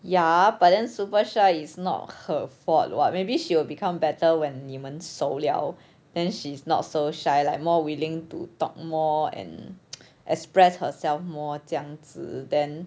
ya but then super shy is not her fault [what] maybe she will become better when 你们熟了 then she's not so shy like more willing to talk more and express herself more 这样子 then